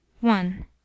One